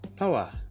Power